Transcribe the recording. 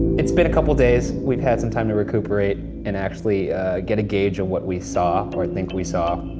it's been a couple days, we've had some time to recuperate and actually get a gauge of what we saw or think we saw.